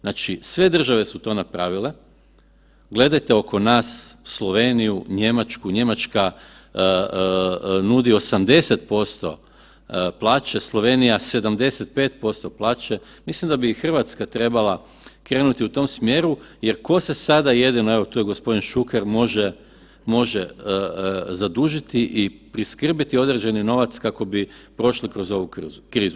Znači, sve države su to napravile, gledajte oko nas, Sloveniju, Njemačku, Njemačka nudi 80% plaće, Slovenija 75% plaće, mislim da bi i Hrvatska trebala krenuti u tom smjeru jer tko se sada jedino, evo, tu je g. Šuker, može zadužiti i priskrbiti određeni novac kako bi prošli kroz ovu krizu.